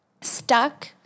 Stuck